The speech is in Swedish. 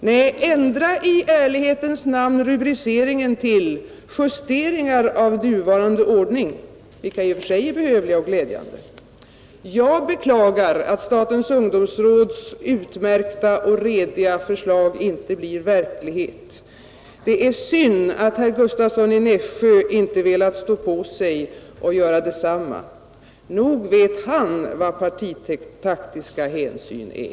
Nej, ändra i ärlighetens namn rubriceringen till ”Justeringar av nuvarande ordning” — vilka i och för sig är behövliga och glädjande. Jag beklagar att statens ungdomsråds utmärkta och rediga förslag inte blir verklighet. Det är synd att herr Gustavsson i Nässjö inte velat stå på sig. Nog vet han vad partitaktiska hänsyn är.